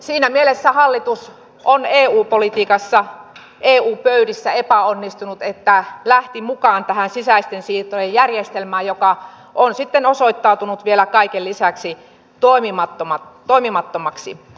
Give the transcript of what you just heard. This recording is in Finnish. siinä mielessä hallitus on eu politiikassa eu pöydissä epäonnistunut että lähti mukaan tähän sisäisten siirtojen järjestelmään joka on sitten osoittautunut vielä kaiken lisäksi toimimattomaksi